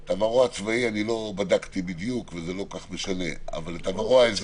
בדקתי את עברו הצבאי וזה לא כל כך משנה אבל אני מכיר את עברו האזרחי.